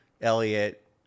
Elliot